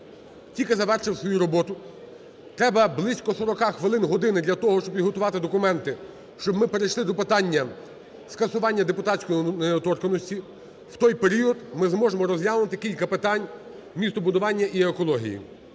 тільки завершив свою роботу, треба близько 40 хвилин – 1 години для того, щоб підготувати документи, щоб ми перейшли до питання скасування депутатської недоторканності. В той період ми зможемо розглянути кілька питань містобудування і екології.